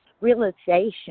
realization